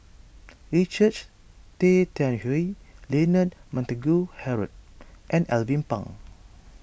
Richard Tay Tian Hoe Leonard Montague Harrod and Alvin Pang